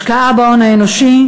השקעה בהון האנושי,